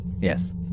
Yes